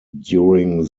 during